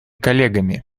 коллегами